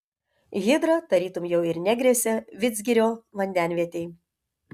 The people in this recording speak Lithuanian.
hidra tarytum jau ir negresia vidzgirio vandenvietei